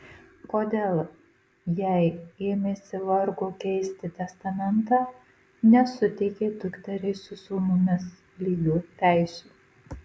kodėl jei ėmėsi vargo keisti testamentą nesuteikė dukteriai su sūnumis lygių teisių